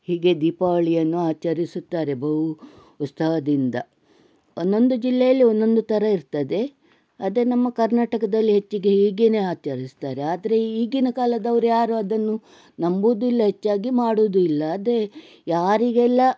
ಹೀಗೆ ದೀಪಾವಳಿಯನ್ನು ಆಚರಿಸುತ್ತಾರೆ ಬಹು ಉತ್ಸಾಹದಿಂದ ಒಂದೊಂದು ಜಿಲ್ಲೆಯಲ್ಲಿ ಒಂದೊಂದು ಥರ ಇರ್ತದೆ ಆದರೆ ನಮ್ಮ ಕರ್ನಾಟಕದಲ್ಲಿ ಹೆಚ್ಚಿಗೆ ಹೀಗೇನೆ ಆಚರಿಸ್ತಾರೆ ಆದರೆ ಈಗಿನ ಕಾಲದವರ್ಯಾರೂ ಅದನ್ನು ನಂಬುವುದೂ ಇಲ್ಲ ಹೆಚ್ಚಾಗಿ ಮಾಡುವುದೂ ಇಲ್ಲ ಆದರೆ ಯಾರಿಗೆಲ್ಲ